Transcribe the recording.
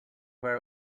where